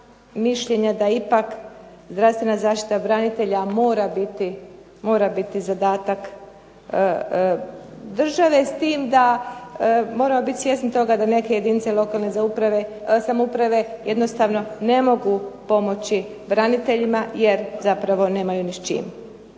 mišljenja da ipak zdravstvena zaštita branitelja mora biti zadatak države s tim da moramo biti svjesni da neke jedinice lokalne samouprave jednostavno ne mogu pomoći braniteljima, jer zapravo nemaju s čim.